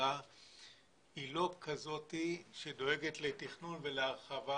הממשלה היא לא כזאת שדואגת לתכנון ולהרחבה